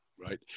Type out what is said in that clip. Right